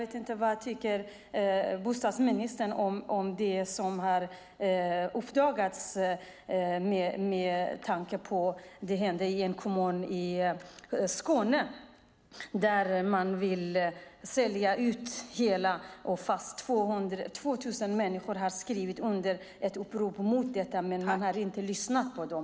Vad tycker bostadsministern om det som har uppdagats i en kommun i Skåne? Där vill man sälja ut. Det är 2 000 människor som har skrivit under ett upprop mot detta, men man har inte lyssnat på dem.